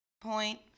point